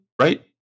right